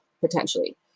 potentially